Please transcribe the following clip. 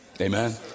amen